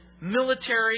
military